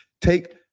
take